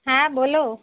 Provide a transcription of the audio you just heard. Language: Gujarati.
હા બોલો